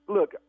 Look